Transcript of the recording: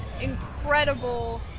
incredible